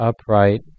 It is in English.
upright